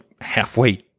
halfway